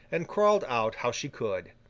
and crawled out how she could.